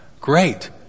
Great